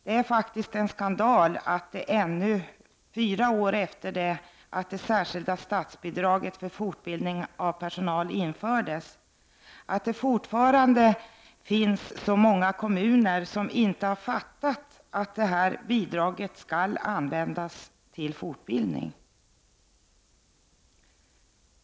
Det är faktiskt en skandal att ännu fyra år efter det att det särskilda statsbidraget för fortbildning av personal infördes, fortfarande finns så många kommuner som inte har förstått att bidraget skall användas till fortbildning.